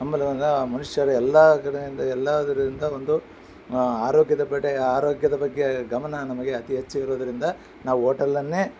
ಹಂಬಲದಿಂದ ಮನುಷ್ಯರು ಎಲ್ಲ ಕಡೆಯಿಂದ ಎಲ್ಲ ಇದರಿಂದ ಒಂದು ಆರೋಗ್ಯದ ಕಡೆ ಆರೋಗ್ಯದ ಬಗ್ಗೆ ಗಮನ ನಮಗೆ ಅತಿ ಹೆಚ್ಚು ಇರುವುದರಿಂದ ನಾವು ಓಟಲ್ ಅನ್ನೇ